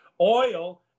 Oil